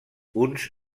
uns